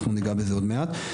אנחנו ניגע בזה עוד מעט.